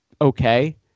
okay